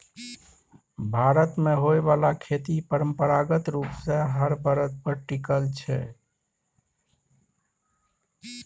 भारत मे होइ बाला खेती परंपरागत रूप सँ हर बरद पर टिकल छै